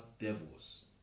devils